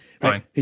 fine